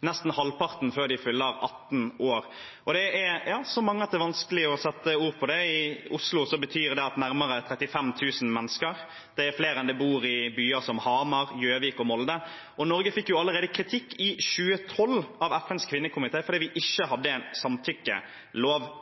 nesten halvparten før de fyller 18 år. Det er så mange at det er vanskelig å sette ord på det. I Oslo utgjør det nærmere 35 000 mennesker. Det er flere mennesker enn det bor i byer som Hamar, Gjøvik og Molde. Norge fikk allerede i 2012 kritikk av FNs kvinnekomité fordi vi ikke hadde en samtykkelov.